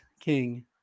king